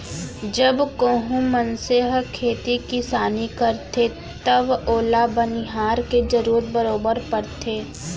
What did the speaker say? जब कोहूं मनसे ह खेती किसानी करथे तव ओला बनिहार के जरूरत बरोबर परथे